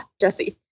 jesse